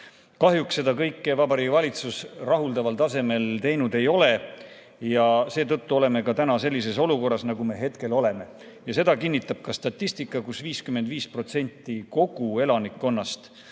Kahjuks seda kõike Vabariigi Valitsus rahuldaval tasemel teinud ei ole ja seetõttu oleme täna sellises olukorras, nagu me hetkel oleme. Ja seda kinnitab ka statistika: 55% kogu elanikkonnast